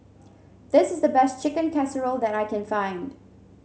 this is the best Chicken Casserole that I can find